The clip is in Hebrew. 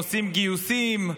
עושים גיוסים.